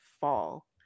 fall